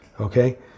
Okay